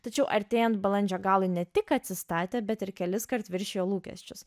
tačiau artėjant balandžio galui ne tik atsistatė bet ir keliskart viršijo lūkesčius